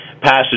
passage